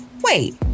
Wait